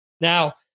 Now